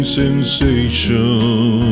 sensation